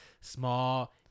small